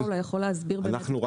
אנחנו רק